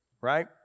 right